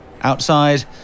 Outside